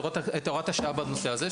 הורדת את הוראת השעה בנושא הזה,